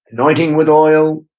anointing with oil,